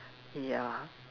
ya